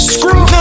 Screw